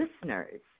listeners